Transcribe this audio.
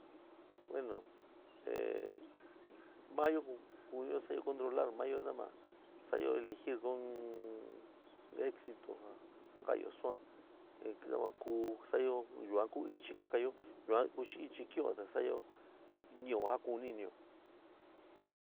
Bueno ehh te mayo kunió sa'ayo controlar maáyo nava sa'ayo elegir in éxito ja kaányo suan te nava kuú sa'ayo yuan ku ichi kakayo yuan ku ichi kin'ó te sa'ayo ni'ó ja kuni ɨnió.